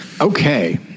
okay